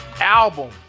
album